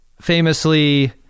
famously